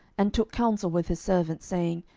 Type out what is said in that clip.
and took counsel with his servants, saying,